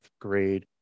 grade